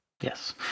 Yes